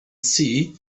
see